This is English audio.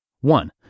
One